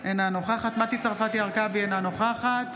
אינה נוכחת מטי צרפתי הרכבי, אינה נוכחת